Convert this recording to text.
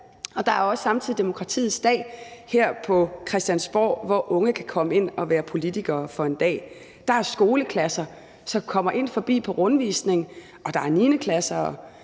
Og der er samtidig også Demokratiets Dag her på Christiansborg, hvor unge kan komme ind og være politikere for en dag. Der er skoleklasser, der kommer ind forbi på rundvisning, og der er 9. klasser